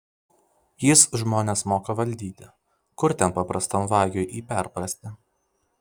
jis žmones moka valdyti kur ten paprastam vagiui jį perprasti